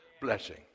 Blessing